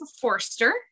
Forster